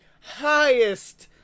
highest